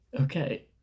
okay